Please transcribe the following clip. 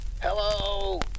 hello